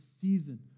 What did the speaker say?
season